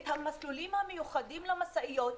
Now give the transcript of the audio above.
את המסלולים המיוחדים למשאיות,